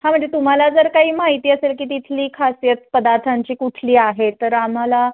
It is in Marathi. हां म्हणजे तुम्हाला जर काही माहिती असेल की तिथली खासीयत पदार्थांची कुठली आहे तर आम्हाला